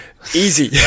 easy